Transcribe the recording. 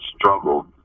struggle